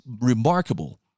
remarkable